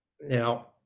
now